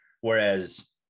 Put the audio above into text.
Whereas